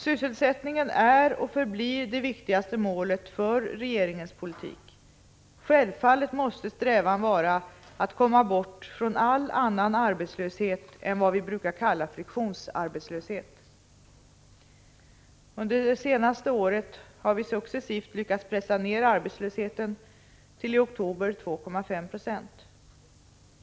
Sysselsättningen är och förblir det viktigaste målet för regeringens politik. Självfallet måste strävan vara att komma bort från all annan arbetslöshet än vad vi brukar kalla friktionsarbetslöshet. Under det senaste året har vi successivt lyckats pressa ned arbetslösheten till i oktober 2,5 96.